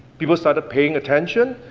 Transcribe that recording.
people started paying attention,